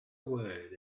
word